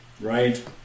Right